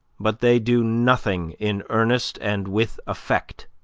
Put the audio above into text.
but they do nothing in earnest and with effect.